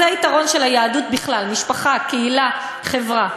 זה היתרון של היהדות בכלל, משפחה, קהילה, חברה.